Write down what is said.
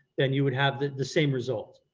then you would have the the same result.